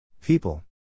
People